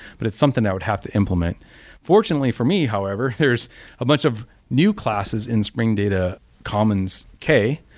but it's something i would have to implement fortunately for me however, there is a bunch of new classes in spring data commons kay.